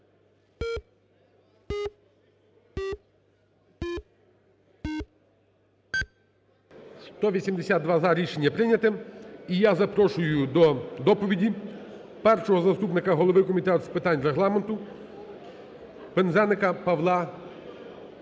182 – за. Рішення прийняте. І я запрошую до доповіді першого заступника голови Комітету з питань Регламенту Пинзеника Павла